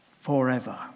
forever